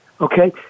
Okay